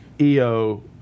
EO